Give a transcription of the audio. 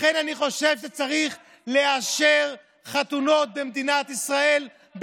לכן אני חושב שצריך לאשר חתונות במדינת ישראל,